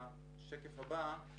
בשקף הבא יש